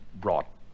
brought